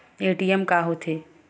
ATM का होथे?